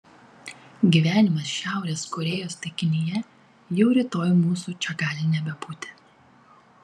gyvenimas šiaurės korėjos taikinyje jau rytoj mūsų čia gali nebebūti